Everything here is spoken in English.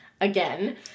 again